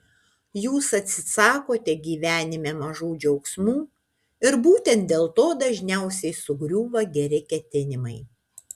jūs atsisakote gyvenime mažų džiaugsmų ir būtent dėl to dažniausiai sugriūva geri ketinimai